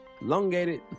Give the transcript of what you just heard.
elongated